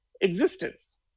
existence